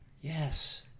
yes